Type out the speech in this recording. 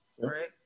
right